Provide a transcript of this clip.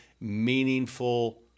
meaningful